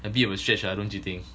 a bit of a stretch lah don't you think